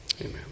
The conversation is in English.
Amen